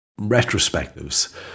retrospectives